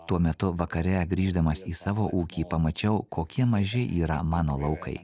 tuo metu vakare grįždamas į savo ūkį pamačiau kokie maži yra mano laukai